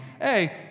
Hey